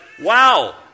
wow